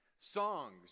songs